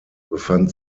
befand